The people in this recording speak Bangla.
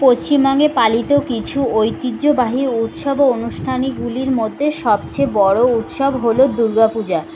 পশ্চিমবঙ্গে পালিত কিছু ঐতিহ্যবাহী উৎসব ও অনুষ্ঠানগুলির মধ্যে সবচেয়ে বড়ো উৎসব হলো দুর্গা পূজা